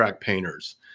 painters